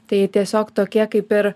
tai tiesiog tokie kaip ir